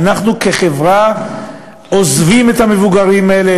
אנחנו כחברה עוזבים את המבוגרים האלה,